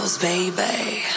baby